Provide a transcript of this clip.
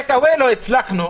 טייק אוויי לא הצלחנו.